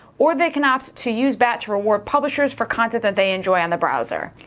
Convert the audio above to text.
or they can opt to use bat to reward publishers for content that they enjoy on the browser.